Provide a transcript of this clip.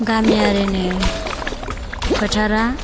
गामियारिनि फोथारा